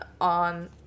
on